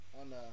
on